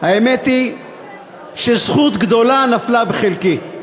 האמת היא שזכות גדולה נפלה בחלקי.